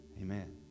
amen